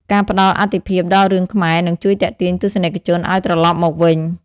ការផ្តល់អាទិភាពដល់រឿងខ្មែរនឹងជួយទាក់ទាញទស្សនិកជនឲ្យត្រឡប់មកវិញ។